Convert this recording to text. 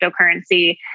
cryptocurrency